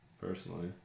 Personally